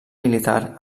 militar